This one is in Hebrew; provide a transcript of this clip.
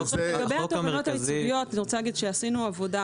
אני רוצה להגיד שעשינו עבודה